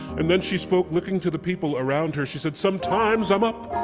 and then she spoke, looking to the people around her, she said sometimes i'm up,